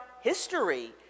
history